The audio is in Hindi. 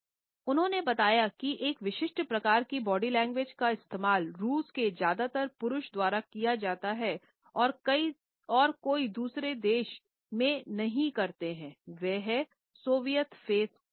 उन्होंने बताया कि एक विशिष्ट प्रकार की बॉडी लैंग्वेज का इस्तेमाल रूस के ज्यादातर पुरुष द्वारा किया जाता हैं और कोई दूसरे देश नहीं करते हैं वह हैं सोवियत फेस मिस